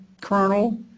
colonel